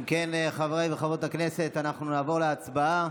אם כן, חברי וחברות הכנסת, אנחנו נעבור להצבעה.